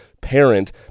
Parent